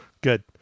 good